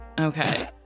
Okay